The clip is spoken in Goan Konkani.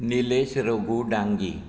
नीलेश रघु डांगी